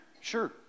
Sure